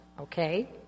okay